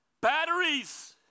batteries